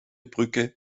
brücke